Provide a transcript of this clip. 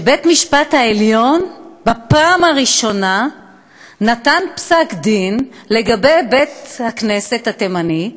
שבית-המשפט העליון בפעם הראשונה נתן פסק-דין לגבי בית-הכנסת התימני,